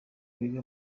biga